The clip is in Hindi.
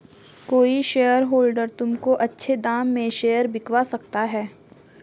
कोई शेयरहोल्डर तुमको अच्छे दाम में शेयर बिकवा सकता है